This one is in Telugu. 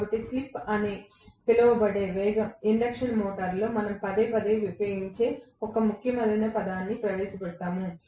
కాబట్టి స్లిప్ అని పిలువబడే ఇండక్షన్ మోటారులో మనం పదేపదే ఉపయోగించే ఒక ముఖ్యమైన పదాన్ని ప్రవేశపెడతాము